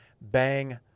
bang